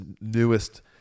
newest